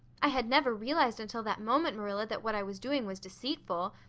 i had never realized until that moment, marilla, that what i was doing was deceitful.